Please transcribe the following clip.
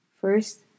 First